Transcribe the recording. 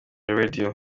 radio